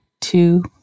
two